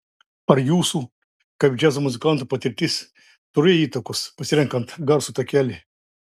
ar jūsų kaip džiazo muzikanto patirtis turėjo įtakos pasirenkant garso takelį